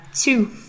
two